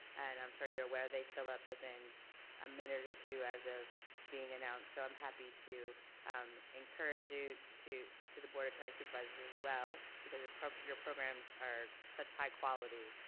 and i'm sure you're aware they fill up within a minute or two as of being announced. so i'm happy to um encourage you to to the board of county supervisors as well because your programs your programs are such high quality,